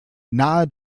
nahe